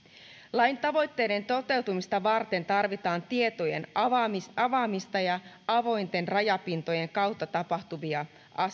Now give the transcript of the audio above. lain tavoitteiden toteutumista varten tarvitaan tietojen avaamista avaamista ja avointen rajapintojen kautta tapahtuvaa